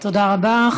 תודה רבה.